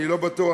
אני לא בטוח